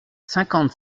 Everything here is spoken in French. cinquante